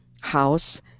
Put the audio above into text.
house